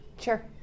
sure